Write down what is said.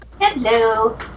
Hello